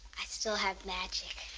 i still have magic.